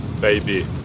baby